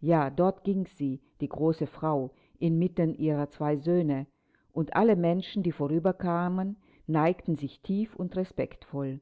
ja dort ging sie die große frau inmitten ihrer zwei söhne und alle menschen die vorüberkamen neigten sich tief und respektvoll